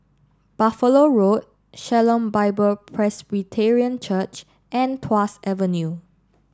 Buffalo Road Shalom Bible Presbyterian Church and Tuas Avenue